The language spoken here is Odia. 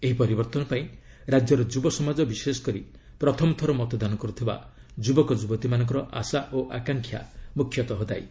ଏହି ପରିବର୍ତ୍ତନ ପାଇଁ ରାଜ୍ୟର ଯୁବ ସମାଜ ବିଶେଷକରି ପ୍ରଥମଥର ମତଦାନ କରୁଥିବା ଯୁବକଯୁବତୀମାନଙ୍କ ଆଶା ଓ ଆକାଂକ୍ଷା ମୁଖ୍ୟତଃ ଦାୟୀ